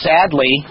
Sadly